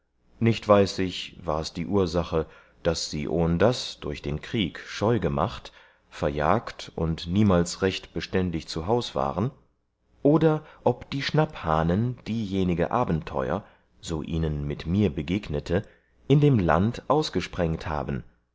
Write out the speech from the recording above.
nicht weiß ich wars die ursache daß sie ohndas durch den krieg scheu gemacht verjagt und niemals recht beständig zu haus waren oder ob die schnapphahnen diejenige abenteur so ihnen mit mir begegnete in dem land ausgesprengt haben